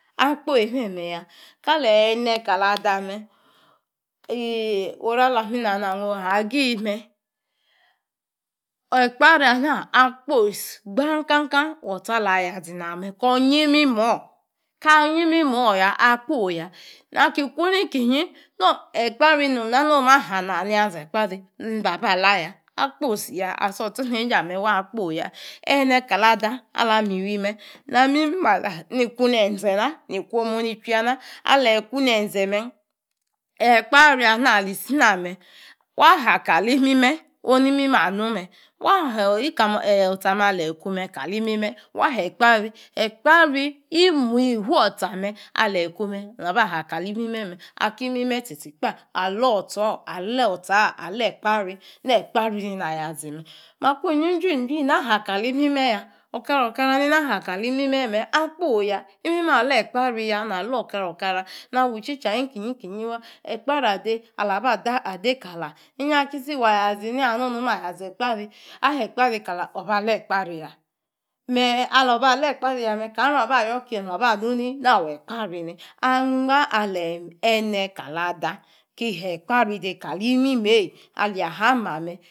Akpoyi meme ya ka leyi ene kali ada me eii oru alimi nanang me ohagi me ekpari ana akposi gbang ka kang otsia ala ya zi nang me koor yi mimoor. Kaa ayi imimooor ya, akpoi ya naki kuu ni kinyi ne ekpari nom na nikum aha na na yanze ekpari ni ba ba'la ya. Akposi ya. Asi osoneijei ama waa akposi ya ene ka lada ala mi wi me na mimimana nikuu ya ha aleyi ku nen ze me ekpari ana alisi na me wa ha kali imime onu ni imime anu me wa hii ooika me otsa ame aleyi kuu me kali imime wa he ekpari ekpari imuyi ifuor achame aleyi ikuei engba me naa ba haa keli imime me. Aki imime tsi tsi kpa alor otchoor alor otcha ale ekpari ne ekpari neinaa yazime akunyi juin juin na ha kali imime ya okara okara neini aha kali imime me. Akposi ya imime ale ekpariya na loor okara okara na wi itchida ni kinyi kinyi wa ekpari adei alabah iyra ki si wa ya zini? aha nonu me aya zi ekapri. Ahe ekpari kaaloor obah ekpari ya me aloor baa lekpari ya me kana nung aba yo ke nung aba nu naa yaa zi ekpari nii? Angba ali ene kali ada aleyi aha ekpari dei kali imimeiyi aleyi amame